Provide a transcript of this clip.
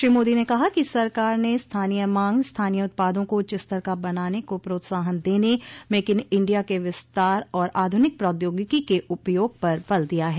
श्रो मोदी ने कहा कि सरकार ने स्थानीय मांग स्थानीय उत्पादों को उच्च स्तर का बनाने को प्रोत्साहन देने मेक इन इंडिया के विस्तार और आधुनिक प्रौद्योगिकी के उपयोग पर बल दिया है